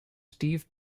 steve